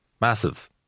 Massive